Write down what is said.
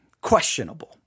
questionable